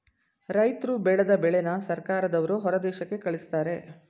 ರೈತರ್ರು ಬೆಳದ ಬೆಳೆನ ಸರ್ಕಾರದವ್ರು ಹೊರದೇಶಕ್ಕೆ ಕಳಿಸ್ತಾರೆ